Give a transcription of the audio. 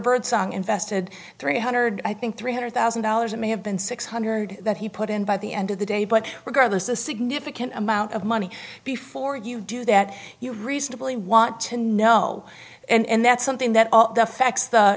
birdsong invested three hundred i think three hundred thousand dollars it may have been six hundred that he put in by the end of the day but regardless a significant amount of money before you do that you reasonably want to know and that's something that all the facts the